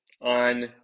on